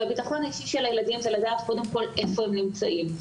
הביטחון האישי של הילדים זה לדעת קודם כל איפה הם נמצאים.